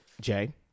Jay